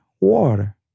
water